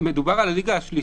זה היה לפני שבועיים.